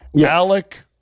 Alec